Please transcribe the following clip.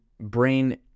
brain